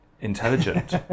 intelligent